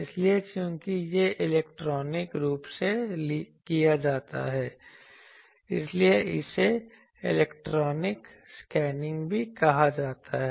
इसलिए चूंकि यह इलेक्ट्रॉनिक रूप से किया जाता है इसलिए इसे इलेक्ट्रॉनिक स्कैनिंग भी कहा जाता है